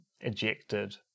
ejected